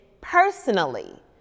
personally